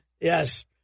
Yes